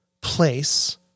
place